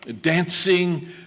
dancing